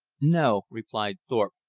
no, replied thorpe,